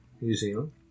museum